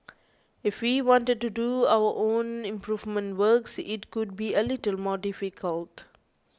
if we wanted to do our own improvement works it would be a little more difficult